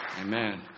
Amen